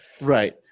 right